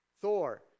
Thor